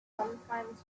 sometimes